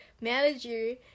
manager